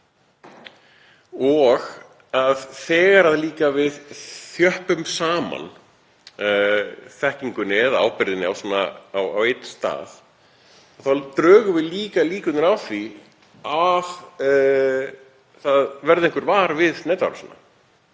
er það líka að þegar við þjöppum saman þekkingunni eða ábyrgðinni á einn stað þá drögum við úr líkunum á því að það verði einhver var við netárásina.